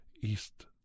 east